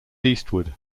eastward